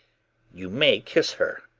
you may kiss her.